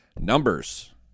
Numbers